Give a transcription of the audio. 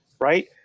right